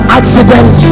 accident